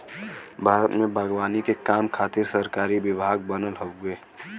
भारत में बागवानी के काम खातिर सरकारी विभाग बनल हउवे